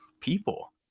people